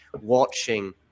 watching